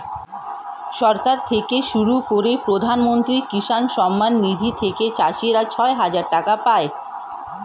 সরকার থেকে শুরু করা প্রধানমন্ত্রী কিষান সম্মান নিধি থেকে চাষীরা ছয় হাজার টাকা পায়